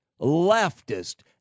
leftist